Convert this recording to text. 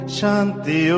Shanti